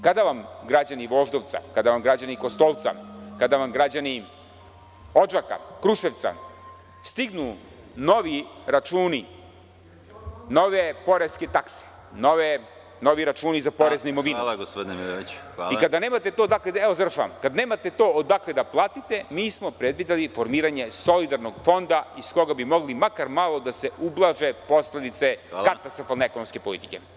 Kada građanima Voždovca, kada građanima Kostolca, kada građanima Odžaka, Kruševca, stignu novi računi, nove poreske takse, novi računi za porez na imovinu i kada nemate odakle to da platite, mi smo predvideli formiranje solidarnog fonda iz koga bi mogli makar malo da se ublaže posledice katastrofalne ekonomske politike.